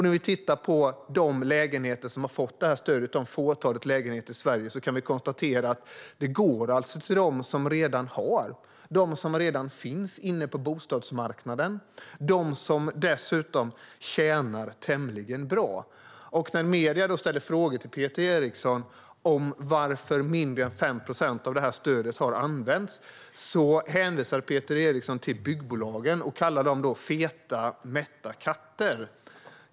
När vi tittar på det fåtal lägenheter i Sverige som har fått detta stöd ser vi att pengarna går till dem som redan finns på bostadsmarknaden och som dessutom tjänar tämligen bra. När medierna ställer frågor till Peter Eriksson om varför mindre än 5 procent av stödet har använts hänvisar han till byggbolagen och kallar dem feta, mätta katter.